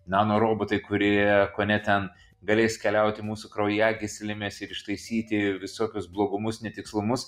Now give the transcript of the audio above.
nanorobotai kurie kone ten galės keliauti mūsų kraujagyslėmis ir ištaisyti visokius blogumus netikslumus